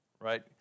right